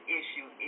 issue